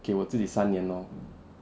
给我自己三年 lor